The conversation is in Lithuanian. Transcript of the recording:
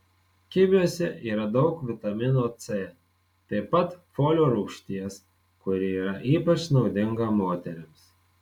kiviuose yra daug vitamino c taip pat folio rūgšties kuri yra ypač naudinga moterims